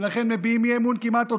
ולכן מביעים אי-אמון כמעט אוטומטית.